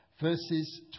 verses